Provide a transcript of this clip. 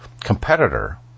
competitor